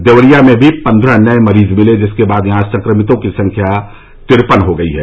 देवरिया में भी पन्द्रह नए मरीज मिले जिसके बाद यहां संक्रमितों की संख्या तिरपन हो गई है